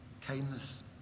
kindness